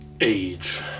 Age